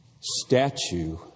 statue